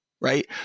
right